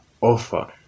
offer